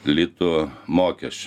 litų mokesčių